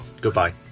Goodbye